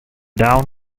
down